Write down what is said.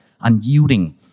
unyielding